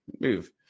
Move